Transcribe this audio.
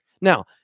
Now